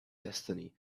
destiny